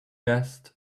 vest